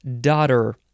Daughter